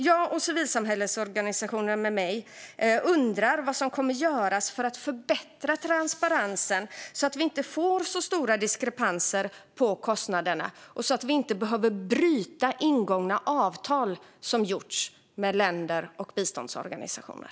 Jag och civilsamhällesorganisationerna med mig undrar vad som kommer att göras för att förbättra transparensen, så att vi inte får så stora diskrepanser i kostnaderna och så att vi inte behöver bryta avtal som ingåtts med länder och biståndsorganisationer.